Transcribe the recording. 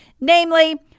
Namely